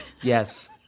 yes